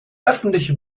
öffentliche